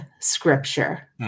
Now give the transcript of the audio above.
scripture